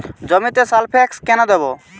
জমিতে সালফেক্স কেন দেবো?